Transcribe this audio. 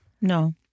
No